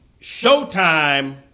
Showtime